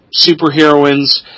superheroines